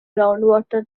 groundwater